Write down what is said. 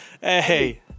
Hey